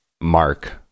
Mark